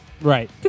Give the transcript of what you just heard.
Right